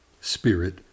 Spirit